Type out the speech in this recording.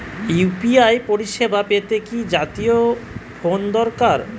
UPI পরিসেবা পেতে কি জাতীয় ফোন দরকার?